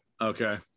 okay